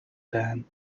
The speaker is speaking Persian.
دهند